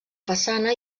façana